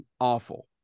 awful